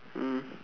mm